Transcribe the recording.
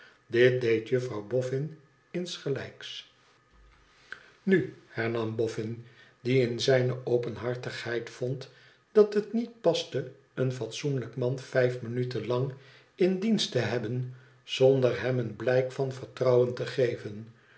deed juffrouw boffin insgelijks nu hernam bofbn die in zijne openhartigheid vond dat het niet paste een fatsoenlijk man vijf minuten lang in dienst te hebben zonder hem een blijk van vertrouwen te geven